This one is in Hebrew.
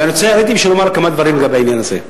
ואני רוצה לומר כמה דברים לגבי העניין הזה.